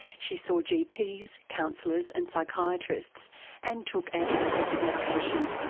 she saw gps, counsellors, and psychiatrists and took anti-depressant medication.